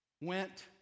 went